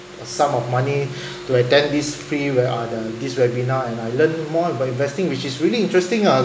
a sum of money to attend this free where uh this webinar and I learn more about investing which is really interesting ah